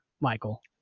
Michael